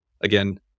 Again